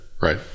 right